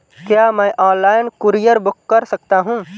क्या मैं online courier book कर सकता हूँ?